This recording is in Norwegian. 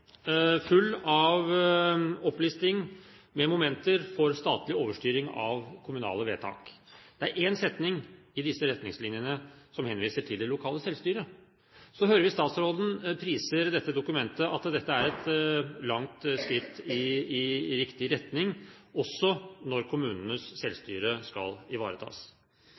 av opplisting med momenter for statlig overstyring av kommunale vedtak. Det er én setning i disse retningslinjene som henviser til det lokale selvstyret. Så hører vi statsråden priser dette dokumentet, at det er et langt skritt i riktig retning også når kommunenes selvstyre skal ivaretas.